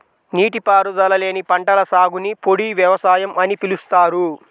నీటిపారుదల లేని పంటల సాగుని పొడి వ్యవసాయం అని పిలుస్తారు